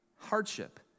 hardship